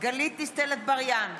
גלית דיסטל אטבריאן,